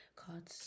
called